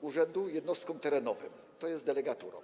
urzędu jednostkom terenowym, tj. delegaturom.